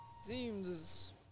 Seems